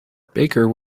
baker